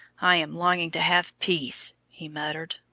i am longing to have peace, he muttered.